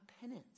penance